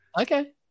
okay